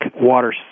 water